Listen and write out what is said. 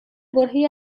برههای